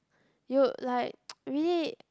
you like we